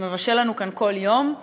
שמבשל לנו כאן כל יום,